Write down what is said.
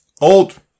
Old